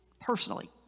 personally